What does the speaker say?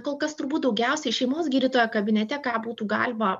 kol kas turbūt daugiausiai šeimos gydytojo kabinete ką būtų galima